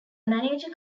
manager